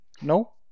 No